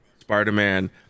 Spider-Man